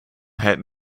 had